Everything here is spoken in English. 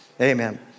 Amen